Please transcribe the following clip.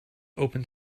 open